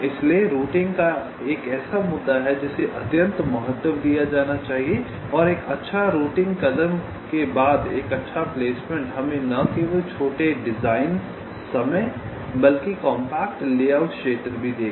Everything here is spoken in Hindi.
इसलिए रूटिंग एक ऐसा मुद्दा है जिसे अत्यंत महत्व दिया जाना चाहिए और एक अच्छा राउटिंग कदम के बाद एक अच्छा प्लेसमेंट हमें न केवल छोटे डिजाइन समय बल्कि कॉम्पैक्ट लेआउट क्षेत्र भी देगा